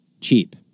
cheap